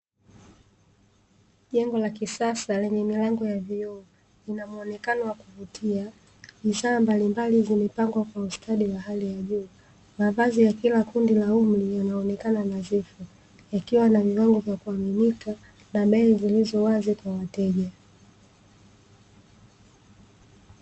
Jengo la kisasa lenye milango ya vioo lina muonekani wa kuvutia. Bidhaa mbalimbali zimepangwa kwa ustadi wa ya hali juu, mavazi ya kila kundi la umri linaloonekana nadhifu yakiwa na viwango vya kuaminika na bei zilizo wazi kwa wateja.